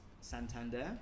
Santander